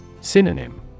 Synonym